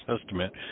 estimate